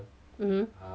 mmhmm